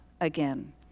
again